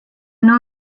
know